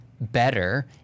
better